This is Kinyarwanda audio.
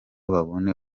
babone